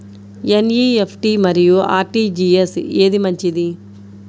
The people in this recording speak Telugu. ఎన్.ఈ.ఎఫ్.టీ మరియు అర్.టీ.జీ.ఎస్ ఏది మంచిది?